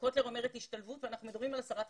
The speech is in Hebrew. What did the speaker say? השתלבות והסרת חסמים.